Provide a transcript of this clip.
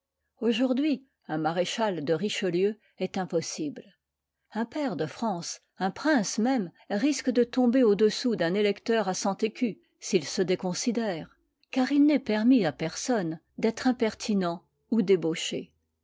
aujourd'hui un maréchal de richelieu est impossible un pair de france un prince même risque de tomber au-dessous d'un électeur à cent écus s'il se déconsidère car il n'est permis à personne d'être impertinent ou débauché